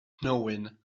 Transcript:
nhywyn